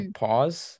pause